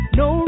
no